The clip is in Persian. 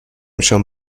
شام